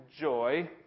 joy